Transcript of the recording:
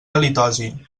halitosi